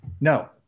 No